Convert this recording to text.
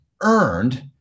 earned